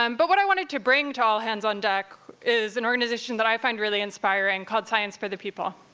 um but what i wanted to bring to all hands on deck, is an organization that i find really inspiring, called science for the people.